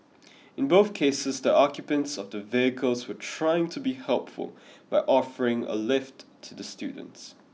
in both cases the occupants of the vehicles were trying to be helpful by offering a lift to the students